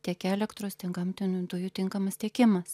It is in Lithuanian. tiek elektros gamtinių dujų tinkamas tiekimas